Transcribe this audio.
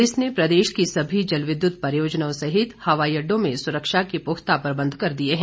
police ने प्रदेश की समी जल विद्युत परियोजनाओं सहित हवाई अड्डों में सुरक्षा के पुख्ता इंतजाम कर दिए हैं